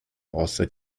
außer